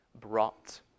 brought